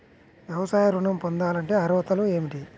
వ్యవసాయ ఋణం పొందాలంటే అర్హతలు ఏమిటి?